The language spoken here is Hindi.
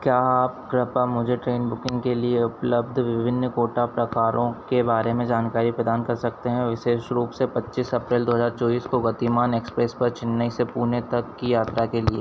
क्या आप कृपया मुझे ट्रेन बुकिंग के लिए उपलब्ध विभिन्न कोटा प्रकारों के बारे में जानकारी प्रदान कर सकते हैं विशेष रूप से पच्चीस अप्रैल दो हजार चौबीस को गतिमान एक्सप्रेस पर चेन्नई से पुणे तक की यात्रा के लिए